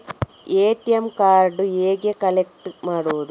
ATM ಕಾರ್ಡನ್ನು ಹೇಗೆ collect ಮಾಡುವುದು?